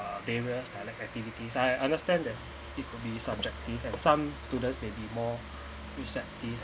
uh there will direct activities I understand that it could be subjective and some students may be more receptive